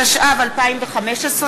התשע"ו 2015,